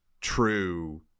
true